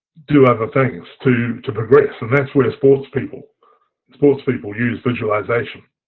do other things, to to progress. and that's where sports people and sports people use visualization,